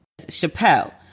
Chappelle